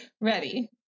Ready